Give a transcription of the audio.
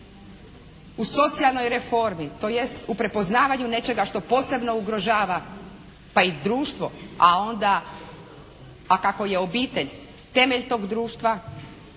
u socijalnoj reformi, tj. u prepoznavanju nečega što posebno ugrožava pa i društvo, a onda, a kako je obitelj temelj tog društva,